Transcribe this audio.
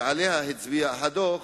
שעליה הצביע הדוח,